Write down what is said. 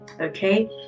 Okay